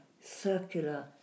circular